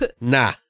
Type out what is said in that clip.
Nah